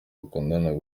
bakundana